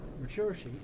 maturity